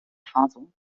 faso